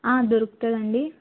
దొరుకుతుండండి